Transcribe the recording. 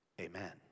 Amen